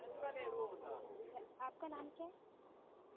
अच्छा अच्छा आपका नाम क्या है